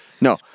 No